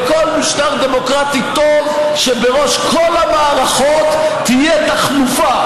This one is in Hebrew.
בכל משטר דמוקרטי טוב שבראש כל המערכות תהיה תחלופה,